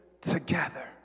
together